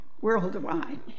worldwide